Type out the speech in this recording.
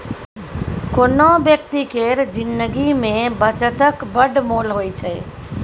कोनो बेकती केर जिनगी मे बचतक बड़ मोल होइ छै